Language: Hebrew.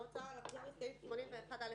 עוברים סעיף-סעיף,